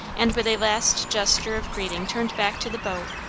and with a last gesture of greeting turned back to the boat,